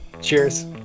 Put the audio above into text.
cheers